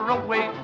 away